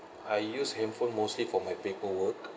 I use handphone mostly for my paperwork